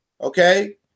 Okay